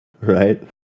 right